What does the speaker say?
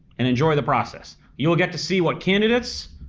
and enjoy the process. you will get to see what candidates,